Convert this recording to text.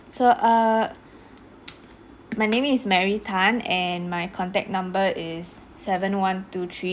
so err my name is mary tan and my contact number is seven one two three